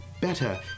better